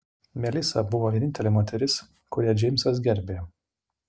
melisa buvo vienintelė moteris kurią džeimsas gerbė